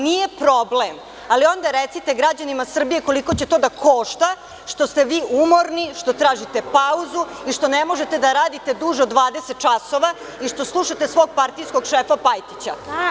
Nije problem, ali onda recite građanima Srbije koliko će to da košta što ste vi umorni, što tražite pauzu i što ne možete da radite duže od 20 časova i što slušate svog partijskog šefa Pajtića.